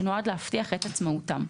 ונועד להבטיח את עצמאותם.